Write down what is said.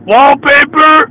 Wallpaper